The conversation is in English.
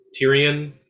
Tyrion